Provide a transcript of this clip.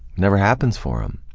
never happens for um